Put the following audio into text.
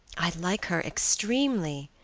i like her extremely,